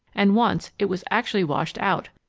and once it was actually washed out,